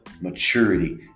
maturity